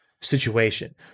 situation